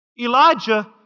Elijah